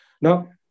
Now